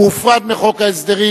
הוא הופרד מחוק ההסדרים.